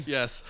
Yes